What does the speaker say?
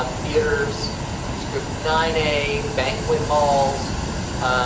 um theaters you script nine a banquet halls.